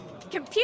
Computer